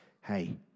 hey